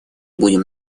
будем